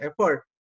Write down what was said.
effort